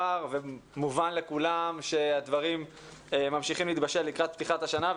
ומובן לכולם שהדברים ממשיכים להתבשל לקראת פתיחת השנה.